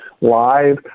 live